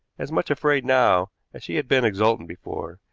as much afraid now as she had been exultant before,